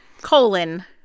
colon